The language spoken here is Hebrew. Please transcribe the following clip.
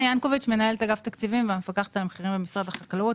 אני מנהלת אגף תקציבים ומפקחת על המחירים במשרד החקלאות.